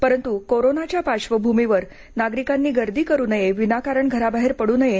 परंतू कोरोनाच्या पार्श्वभूमीवर नागरिकांनी गर्दी करू नये विनाकारण घराबाहेर पडू नये